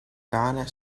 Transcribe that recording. cane